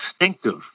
instinctive